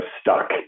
stuck